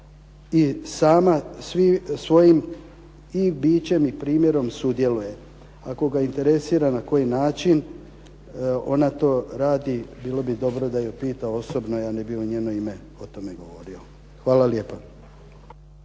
i sama svojim i bićem i primjerom sudjeluje. A koga interesira na koji način ona to radi, bilo bi dobro da ju pita osobno. Ja ne bih u njeno ime o tome govorio. Hvala lijepa.